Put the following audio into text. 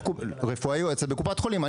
רפואה יועצת בקופת חולים.